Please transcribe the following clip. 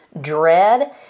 dread